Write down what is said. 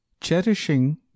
Cherishing